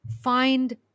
find